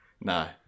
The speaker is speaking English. No